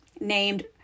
named